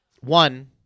one